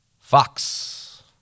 Fox